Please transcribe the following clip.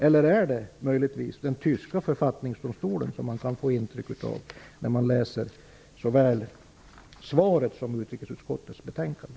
Eller är det möjligtvis den tyska författningsdomstolen som avgör det, vilket man kan få intryck av när man läser såväl statsrådets svar som utrikesutskottets betänkande?